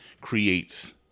creates